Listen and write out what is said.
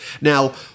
Now